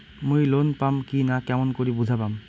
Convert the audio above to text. মুই লোন পাম কি না কেমন করি বুঝা পাম?